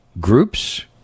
groups